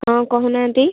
ହଁ କହୁ ନାହାନ୍ତି